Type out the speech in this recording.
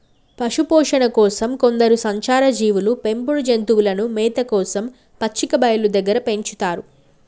పశుపోషణ కోసం కొందరు సంచార జీవులు పెంపుడు జంతువులను మేత కోసం పచ్చిక బయళ్ళు దగ్గర పెంచుతారు